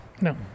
No